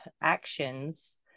actions